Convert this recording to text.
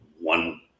one